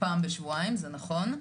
פעם בשבועיים, זה נכון.